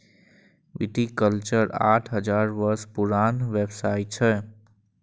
viticulture आठ हजार वर्ष पुरान व्यवसाय छियै